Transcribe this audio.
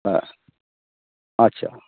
হ্যাঁ আচ্ছা